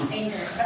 anger